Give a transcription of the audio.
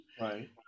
right